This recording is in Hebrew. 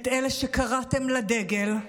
את אלה שקראתם לדגל.